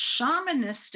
shamanistic